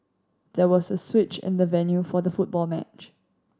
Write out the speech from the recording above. there was a switch in the venue for the football match